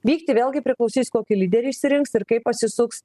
vykti vėlgi priklausys kokį lyderį išsirinks ir kaip pasisuks